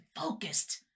focused